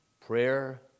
prayer